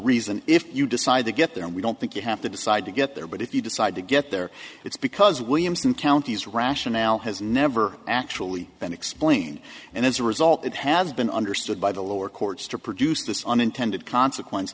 reason if you decide to get there we don't think you have to decide to get there but if you decide to get there it's because williamson county's rationale has never actually been explained and as a result it has been understood by the lower courts to produce this unintended consequence